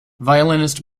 violinist